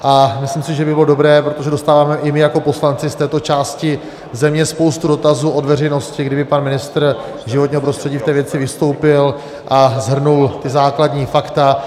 A myslím si, že by bylo dobré, protože dostáváme i my jako poslanci z této části země spoustu dotazů od veřejnosti, kdyby pan ministr životního prostředí v té věci vystoupil a shrnul základní fakta.